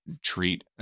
treat